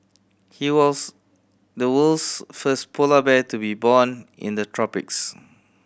he was the world's first polar bear to be born in the tropics